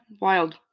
wild